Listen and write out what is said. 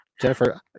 Jennifer